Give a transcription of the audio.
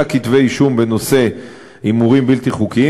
כתבי אישום בנושא הימורים בלתי חוקיים,